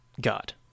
God